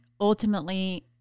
ultimately